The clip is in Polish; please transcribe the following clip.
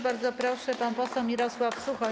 Bardzo proszę, pan poseł Mirosław Suchoń.